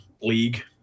league